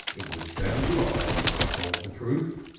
it would sound lies if i told the truth.